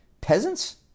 peasants